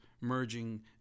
merging